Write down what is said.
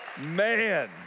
Man